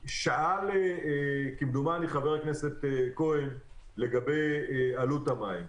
חבר הכנסת כהן שאל לגבי עלות המים.